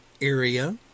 area